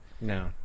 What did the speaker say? No